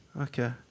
Okay